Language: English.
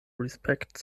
respect